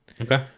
Okay